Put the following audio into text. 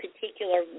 particular